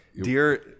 dear